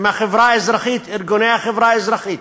עם החברה האזרחית,